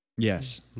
Yes